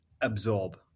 absorb